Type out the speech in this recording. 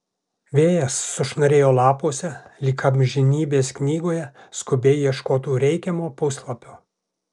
vėjas sušnarėjo lapuose lyg amžinybės knygoje skubiai ieškotų reikiamo puslapio